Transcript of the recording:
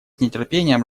нетерпением